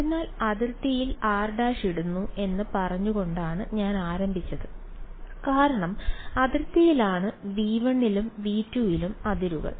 അതിനാൽ അതിർത്തിയിൽ r′ ഇടുന്നു എന്ന് പറഞ്ഞുകൊണ്ടാണ് ഞാൻ ആരംഭിച്ചത് കാരണം അതിർത്തിയാണ് V1 ലും V2 ലും അതിരുകൾ